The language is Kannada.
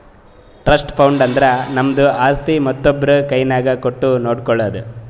ಟ್ರಸ್ಟ್ ಫಂಡ್ ಅಂದುರ್ ನಮ್ದು ಆಸ್ತಿ ಮತ್ತೊಬ್ರು ಕೈನಾಗ್ ಕೊಟ್ಟು ನೋಡ್ಕೊಳೋದು